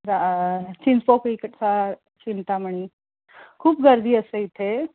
जा चिंचपोकळीकडचा चिंतामणी खूप गर्दी असते इथे